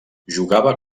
jugava